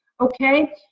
okay